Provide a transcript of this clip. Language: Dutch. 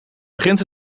begint